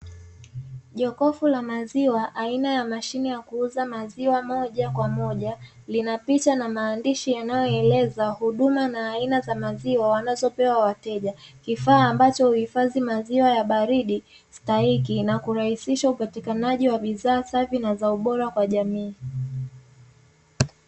Jokofu la maziwa aina ya mashine ya kuuza maziwa moja kwa moja, lina picha na maandishi yanayoeleza huduma na aina ya maziwa wanazopewa wateja, kifaa ambacho huhifadhi maziwa ya baridi stahiki na kurahisisha upatikanaji wa bidhaa safi na za ubora kwa jamii.